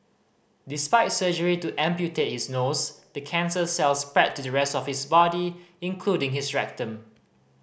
despite surgery to amputate is nose the cancer cells spread to the rest of his body including his rectum